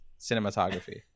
cinematography